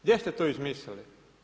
Gdje ste to izmislili?